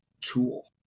tool